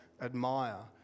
admire